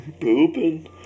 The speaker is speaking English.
Pooping